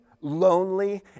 lonely